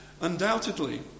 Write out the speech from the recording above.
undoubtedly